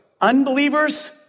Unbelievers